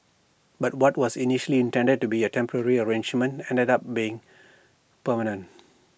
but what was initially intended to be A temporary arrangement ended up being permanent